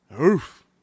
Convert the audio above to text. Oof